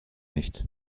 nicht